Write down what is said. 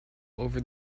over